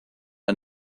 are